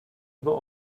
über